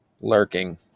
Lurking